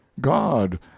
God